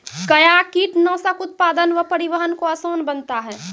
कया कीटनासक उत्पादन व परिवहन को आसान बनता हैं?